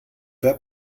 wer